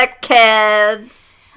kids